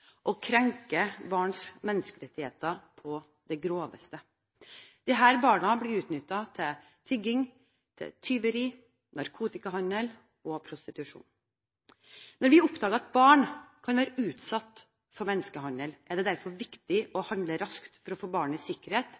å handle raskt for å få barnet i sikkerhet